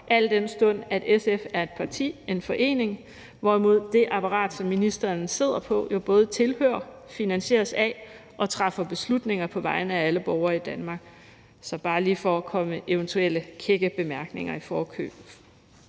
al den stund at SF er et parti, en forening, hvorimod det apparat, som ministeren sidder som en del af, jo både tilhører, finansieres af og træffer beslutninger på vegne af alle borgere i Danmark. Så det er bare lige for at komme eventuelle kække bemærkninger i forkøbet.